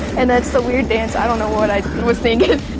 and that's the weird dance. i don't know what what i was thinking